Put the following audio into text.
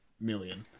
million